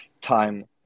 time